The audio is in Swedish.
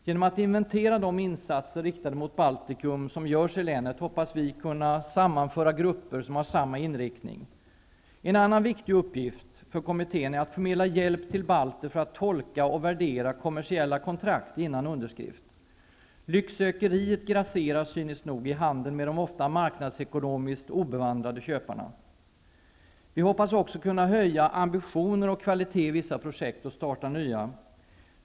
Genom att inventera de insatser, riktade mot Baltikum, som görs i länet, hoppas vi kunna sammanföra grupper med samma inriktning. En annan viktig uppgift för kommittén är att förmedla hjälp till balter för att tolka och värdera kommersiella kontrakt innan de skrivs under. Lycksökeriet grasserar, cyniskt nog, i handeln med de marknadsekonomiskt ofta obevandrade köparna. Vi hoppas också kunna höja ambitioner och kvalitet i vissa projekt och starta nya.